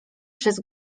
przez